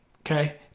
okay